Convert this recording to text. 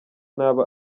nabi